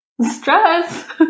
Stress